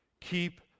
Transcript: keep